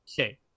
Okay